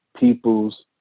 people's